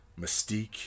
mystique